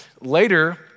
Later